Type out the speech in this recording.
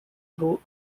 through